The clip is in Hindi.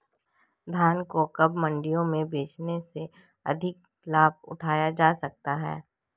धान को कब मंडियों में बेचने से अधिक लाभ उठाया जा सकता है?